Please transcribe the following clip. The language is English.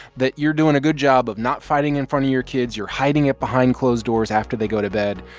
that you're doing a good job of not fighting in front of your kids, you're hiding it behind closed doors after they go to bed,